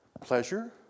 pleasure